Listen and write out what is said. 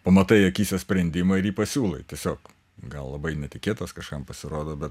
pamatai akyse sprendimą ir jį pasiūlai tiesiog gal labai netikėtas kažkam pasirodo bet